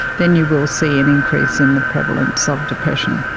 then you will see an increase in the prevalence of depression,